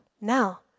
Now